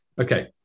Okay